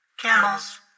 Camels